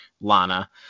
Lana